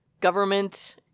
government